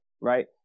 right